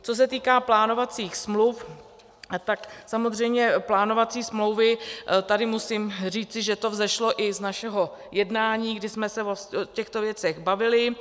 Co se týká plánovacích smluv, tak samozřejmě plánovací smlouvy, tady musím říct, že to vzešlo i z našeho jednání, kdy jsme se o těchto věcech bavili.